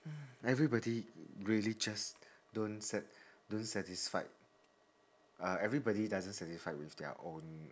everybody really just don't sat~ don't satisfied uh everybody doesn't satisfied with their own